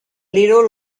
little